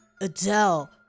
Adele